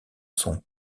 sont